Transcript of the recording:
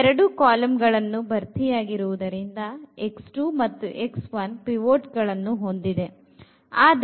ಈ ಎರಡು ಕಾಲಂಗಳು ಭರ್ತಿಯಾಗಿರುವುದರಿಂದ ಮತ್ತು ಪಿವೋಟ್ ಗಳನ್ನು ಹೊಂದಿದೆ